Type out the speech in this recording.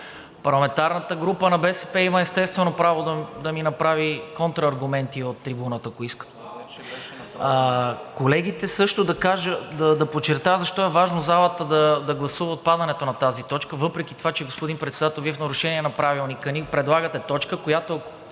Парламентарната група на БСП има, естествено, право да ми направи контрааргументи от трибуната, ако иска. Колеги, да подчертая защо е важно залата да гласува отпадането на тази точка. Въпреки че господин Председател, Вие в нарушение на Правилника ни предлагате точка, която,